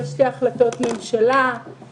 העביר שתי החלטות ממשלה,